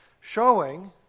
showing